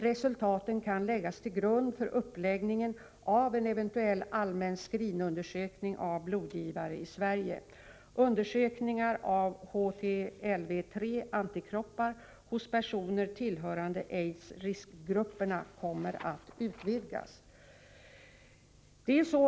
Resultaten kan läggas till grund för uppläggningen av en eventuell allmän screening-undersökning av blodgivare i Sverige. Undersökningar av HTLV III-antikroppar hos personer tillhörande AIDS-riskgrupperna kommer att utvidgas.